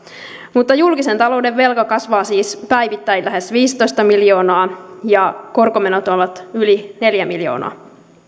mutta julkisen talouden velka kasvaa siis päivittäin lähes viisitoista miljoonaa ja korkomenot ovat yli neljä miljoonaa